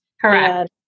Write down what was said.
Correct